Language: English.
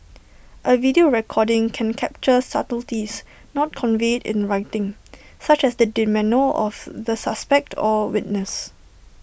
A video recording can capture subtleties not conveyed in writing such as the demeanour of the suspect or witness